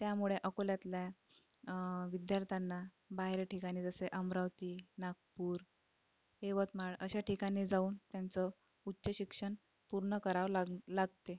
त्यामुळे अकोल्यातल्या विद्यार्थ्यांना बाहेर ठिकाणी जसे अमरावती नागपूर यवतमाळ अशा ठिकाणी जाऊन त्यांचं उच्च शिक्षण पूर्ण करावं लाग लागते